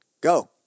Go